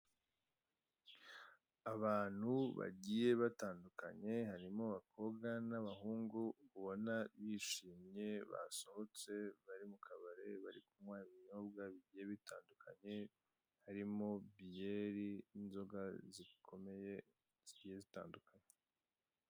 Abantu bagiye batandukanye harimo abakobwa n'abahungu ubona bishimye basohotse bari mu kabari, bari kunywa ibinyobwa bigiye bitandunye harimo byeri n'inzoga zikomeye zigiye zitandukanye.